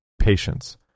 Patience